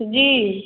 जी